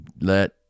let